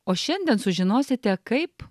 o šiandien sužinosite kaip